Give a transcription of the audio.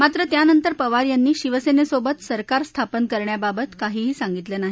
मात्र त्यानंतर पवार यांनी शिवसर्वसिंबत सरकार स्थापन करण्याबाबत काही सांगितलं नाही